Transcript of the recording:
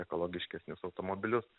ekologiškesnius automobilius